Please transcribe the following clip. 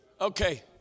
Okay